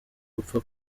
gupfa